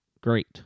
great